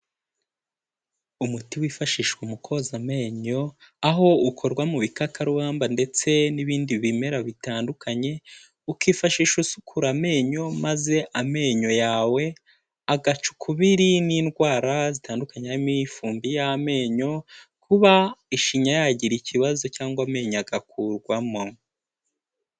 Umuti wifashishwa mu koza amenyo aho ukorwa mu bikakarubamba ndetse n'ibindi bimera bitandukanye, ukifashisha usukura amenyo maze amenyo yawe agaca ukubiri n'indwara zitandukanye harimo ifumbi y'amenyo, kuba ishinya yagira ikibazo cyangwa amenyo agakurwamo.